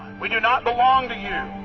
we do not belong to you.